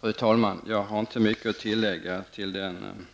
Fru talman! Jag har inte mycket att lägga till den